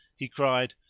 he cried,